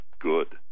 good